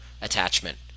attachment